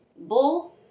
Bull